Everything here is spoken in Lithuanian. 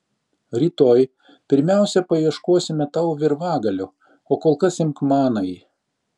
rytoj pirmiausia paieškosime tau virvagalio o kol kas imk manąjį